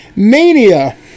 Mania